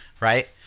right